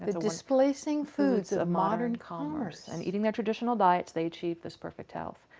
the displacing foods of modern commerce. and eating their traditional diets, they achieved this perfect health.